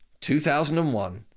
2001